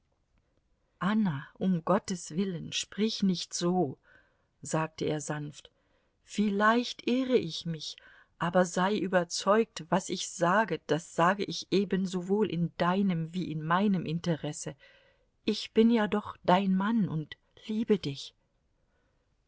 anna um gottes willen sprich nicht so sagte er sanft vielleicht irre ich mich aber sei überzeugt was ich sage das sage ich ebensowohl in deinem wie in meinem interesse ich bin ja doch dein mann und liebe dich